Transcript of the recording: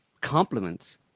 compliments